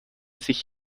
sich